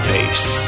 Face